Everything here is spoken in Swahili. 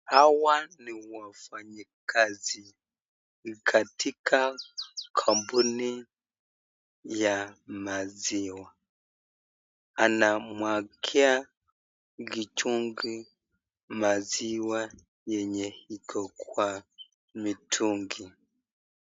Hawa ni wafanyikazi katika kampuni ya maziwa anamwagia kichungi maziwa yenye Iko kwa mitungi.